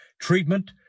treatment